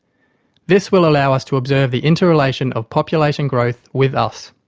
this will allow us to observe the interrelation of population growth with us.